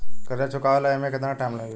कर्जा चुकावे ला एमे केतना टाइम मिली?